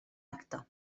acta